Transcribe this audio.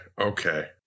Okay